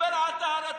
דבר על טהרת,